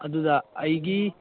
ꯑꯗꯨꯗ ꯑꯩꯒꯤ